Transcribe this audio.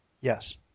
Yes